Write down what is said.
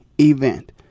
event